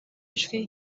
ijwi